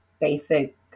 basic